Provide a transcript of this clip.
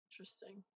Interesting